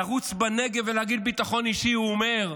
לרוץ בנגב ולהגיד ביטחון אישי, הוא אומר.